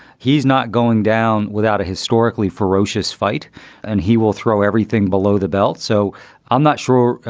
he's not going down without a historically ferocious fight and he will throw everything below the belt. so i'm not sure.